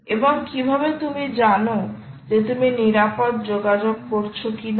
এবং কিভাবে তুমি জানো যে তুমি নিরাপদ যোগাযোগ করছো কিনা